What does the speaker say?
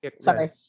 sorry